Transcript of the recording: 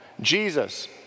Jesus